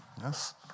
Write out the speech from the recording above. Yes